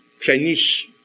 Chinese